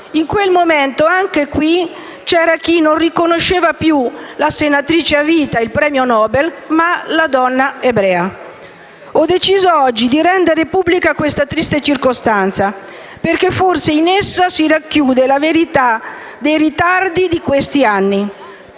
In quel momento, anche qui, c'era chi non riconosceva più la senatrice a vita, il premio Nobel, e vedeva la donna ebrea. Ho deciso oggi di rendere pubblica questa triste circostanza, perché forse in essa si racchiude la verità dei ritardi di questi anni;